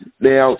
Now